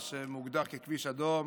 שמוגדר ככביש אדום,